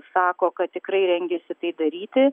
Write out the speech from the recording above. sako kad tikrai rengiasi tai daryti